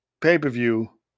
pay-per-view